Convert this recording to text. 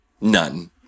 None